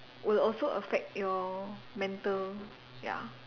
would also affect your mental ya